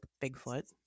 bigfoot